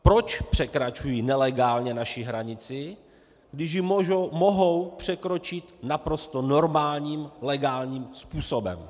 Proč překračují nelegálně naši hranici, když ji mohou překročit naprosto normálním legálním způsobem?